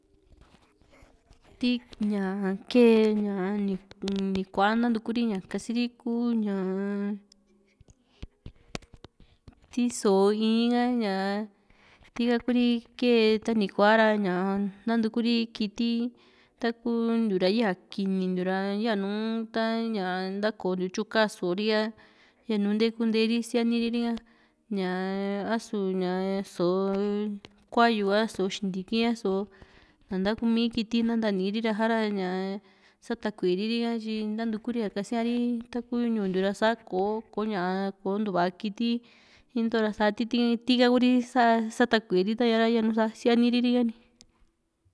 ti ña kee ña ni kua nantuku ri ña kasiri kuu ñaa ti so´o in ha ña ti´ha Kuri kee ni kuara ña nantukuri kiti ta´ku na yaa kini ntiura yanu ta´ña nakontiu tyu kaa so´o ri´a yanu ntee kunteri sianiri ri´a ñaa a´su ñaa so´o kuayu ha so´o xintiki ha so´o nta ntakumi kiti na nantiniri ra ña satakueri ri´a tyi nantuku ri´a kasia´ri taku ñuu ntiu ra sa ko´ña kò´o ntuva kiti into sati ti´ha Kuri sa´atakueri ri ta´ña sianiri ni.